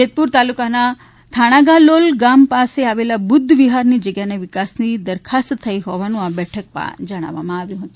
જેતપુર તાલુકાના થાણાગાલોલ ગામે આવેલ બુધ્ધ વિહારની જગ્યાના વિકાસની દરખાસ્ત થઇ ગઇ હોવાનું આ બેઠકમાં જણાવાયું હતું